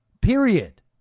period